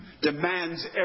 demands